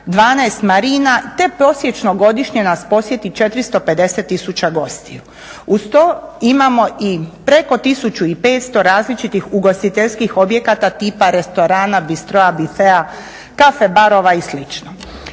12 Marina te prosječno godišnje nas posjeti 450 tisuća gostiju. Uz to imamo i preko 1500 različitih ugostiteljskih objekata tipa restorana, bistroa-a, biffe-a, caffe barova i